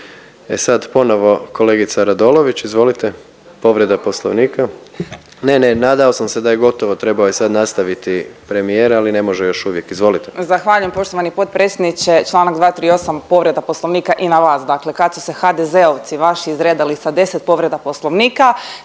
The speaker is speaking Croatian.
E sad ponovno kolegica Radolović, izvolite povreda Poslovnika. Ne, ne nadao sam se da je gotovo, trebao je sad nastaviti premijer ali ne može još uvijek, izvolite. **Radolović, Sanja (SDP)** Zahvaljujem poštovani potpredsjedniče. Čl. 238 povreda Poslovnika i na vas. Dakle kad su se HDZ-ovci vaši izredali sa 10 povreda Poslovnika